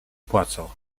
płacą